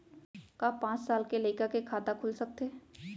का पाँच साल के लइका के खाता खुल सकथे?